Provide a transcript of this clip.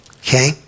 Okay